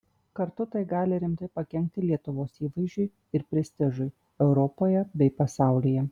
kartu tai gali rimtai pakenkti lietuvos įvaizdžiui ir prestižui europoje bei pasaulyje